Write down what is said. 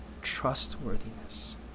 trustworthiness